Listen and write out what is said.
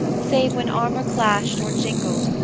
save when armour clashed or jingled,